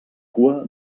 cua